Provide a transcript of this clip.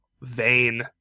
vain